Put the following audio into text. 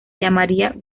llamaría